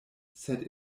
sed